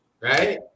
Right